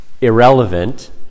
irrelevant